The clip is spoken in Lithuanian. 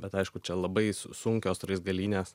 bet aišku čia labai sunkios raizgalynės